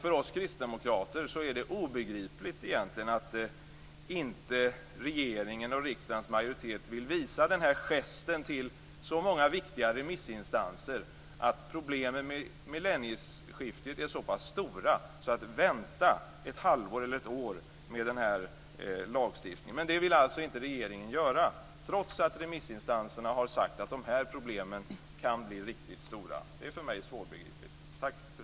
För oss kristdemokrater är det egentligen obegripligt att regeringen och riksdagens majoritet inte vill visa så många viktiga remissinstanser den gesten, med tanke på att problemen med millennieskiftet är så pass stora, att vänta ett halvår eller ett år med den här lagstiftningen. Det vill regeringen inte göra, trots att remissinstanserna har sagt att de här problemen kan bli riktigt stora. Det är för mig svårbegripligt.